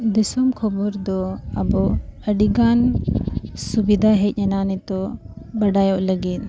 ᱫᱤᱥᱚᱢ ᱠᱷᱚᱵᱚᱨ ᱫᱚ ᱟᱵᱚ ᱟᱹᱰᱤ ᱜᱟᱱ ᱥᱩᱵᱤᱫᱷᱟ ᱦᱮᱡ ᱮᱱᱟ ᱱᱤᱛᱳᱜ ᱵᱟᱰᱟᱭᱚᱜ ᱞᱟᱹᱜᱤᱫ